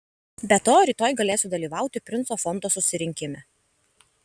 be to rytoj galėsiu dalyvauti princo fondo susirinkime